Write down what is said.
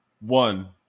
one